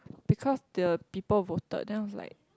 because the people voted then I was like